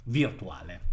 virtuale